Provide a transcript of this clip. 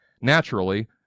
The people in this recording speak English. Naturally